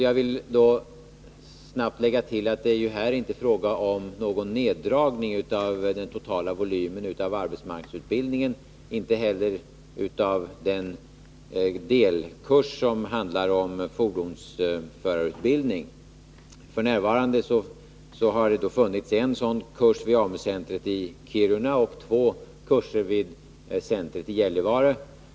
Jag vill snabbt lägga till att det inte är fråga om någon neddragning av den totala volymen av arbetsmarknadsutbildningen, inte heller av den delkurs som gäller fordonsförarutbildning. F. n. har det funnits en sådan kurs vid AMU-centret i Kiruna och två kurser vid centret i Gällivare.